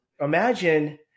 imagine